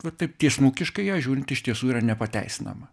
va taip tiesmukiškai į ją žiūrint iš tiesų yra nepateisinama